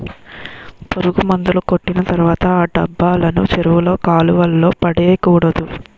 పురుగుమందు కొట్టిన తర్వాత ఆ డబ్బాలను చెరువుల్లో కాలువల్లో పడేకూడదు